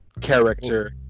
character